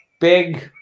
Big